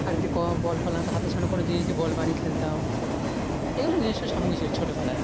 আর যদি ক বল ফল না তো হাতের সামনে কোনও জিনিস নিয়ে বল বানিয়ে খেলতাম এগুলো নিজস্ব সামগ্রী ছিল ছোটবেলায়